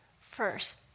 first